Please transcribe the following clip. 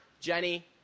Jenny